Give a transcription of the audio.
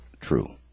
true